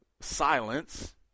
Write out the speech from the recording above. silence